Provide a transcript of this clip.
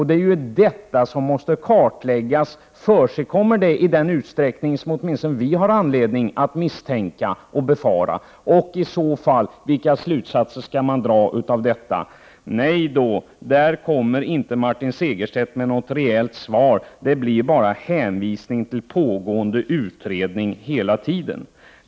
Det är vad som måste kartläggas. Förekommer missbruk i den utsträckning som vi har anledning att misstänka och befara? Vilka slutsatser skall i så fall dras av det? På den punkten ger inte Martin Segerstedt något rejält svar, utan han hänvisar bara till pågående utredningar.